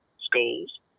schools